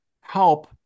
help